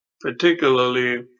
particularly